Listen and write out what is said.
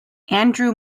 andrew